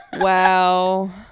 Wow